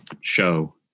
show